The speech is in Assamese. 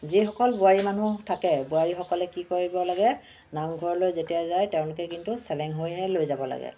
যিসকল বোৱাৰী মানুহ থাকে বোৱাৰীসকলে কি কৰিব লাগে নামঘৰলৈ যেতিয়া যায় তেওঁলোকে কিন্তু চেলেং হৈহে লৈ যাব লাগে